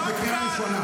לא, לא.